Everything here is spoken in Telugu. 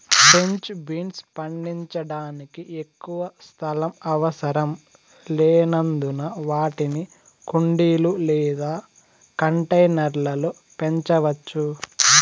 ఫ్రెంచ్ బీన్స్ పండించడానికి ఎక్కువ స్థలం అవసరం లేనందున వాటిని కుండీలు లేదా కంటైనర్ల లో పెంచవచ్చు